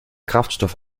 kraftstoff